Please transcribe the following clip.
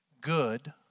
good